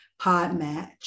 Podmatch